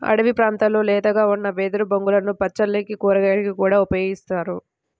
అడివి ప్రాంతాల్లో లేతగా ఉన్న వెదురు బొంగులను పచ్చళ్ళకి, కూరలకి కూడా ఉపయోగిత్తారు